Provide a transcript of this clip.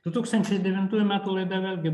du tūkstančiai devintųjų metų laida vėlgi